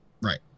Right